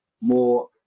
more